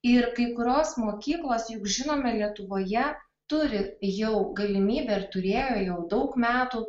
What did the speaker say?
ir kai kurios mokyklos juk žinome lietuvoje turi jau galimybę ir turėjo jau daug metų